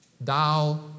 thou